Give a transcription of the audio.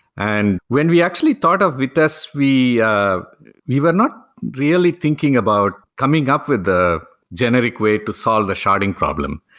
and when we actually thought of vitess, we ah we were not really thinking about coming up with the generic way to solve the sharding problem.